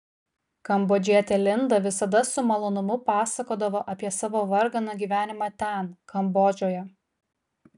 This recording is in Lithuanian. kambodžietė linda visada su malonumu pasakodavo apie savo varganą gyvenimą ten kambodžoje